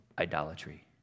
idolatry